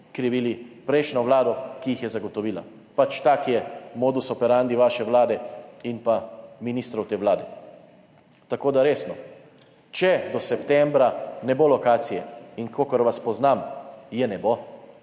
krivili prejšnjo vlado, ki jih je zagotovila. Pač tak je modus operandi vaše vlade in ministrov te vlade. Tako da resno, če do septembra ne bo lokacije, in kolikor vas poznam, je ne bo,